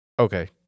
okay